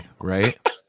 right